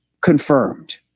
confirmed